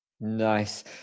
Nice